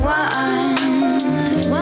one